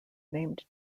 named